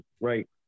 right